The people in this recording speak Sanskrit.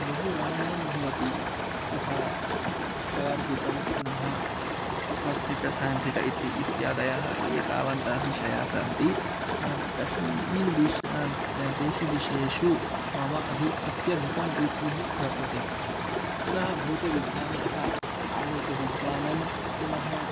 बहु रमणीयं भवति यथा स्क्वार्दिकं पुनः कोस् तीट स्यान् तीट इति इत्यादयः एतावन्तः विषयाः सन्ति तस् ईन् विष् न् तेषु विषयेषु मम अधिका अत्यधिका रुचिः वर्तते पुनः भौतविज्ञाने यथा आलोकविज्ञानं पुनः